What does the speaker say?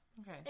Okay